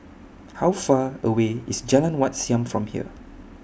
How Far away IS Jalan Wat Siam from here